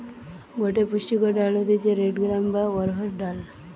গটে পুষ্টিকর ডাল হতিছে রেড গ্রাম বা অড়হর ডাল